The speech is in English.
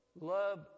Love